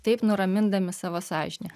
taip nuramindami savo sąžinę